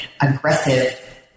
aggressive